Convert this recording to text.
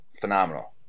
phenomenal